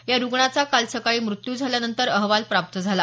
या रुग्णाचा काल सकाळी मृत्यू झाल्यानंतर अहवाल प्राप्त झाला